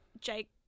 Jake